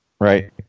right